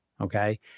Okay